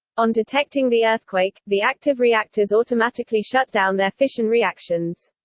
on detecting the earthquake, the active reactors automatically shut down their fission reactions.